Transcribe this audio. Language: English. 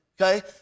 okay